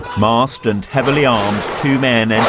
masked and heavily armed, two men and